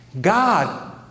God